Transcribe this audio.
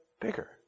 bigger